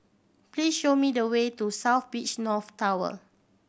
please show me the way to South Beach North Tower